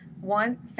one